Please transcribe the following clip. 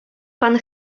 pan